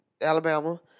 Alabama